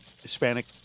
Hispanic